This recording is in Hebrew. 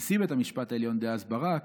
נשיא בית המשפט דאז ברק,